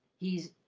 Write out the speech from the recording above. he's,